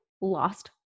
lost